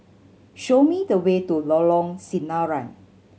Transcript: show me the way to Lorong Sinaran